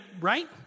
right